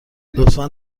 لطفا